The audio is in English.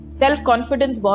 self-confidence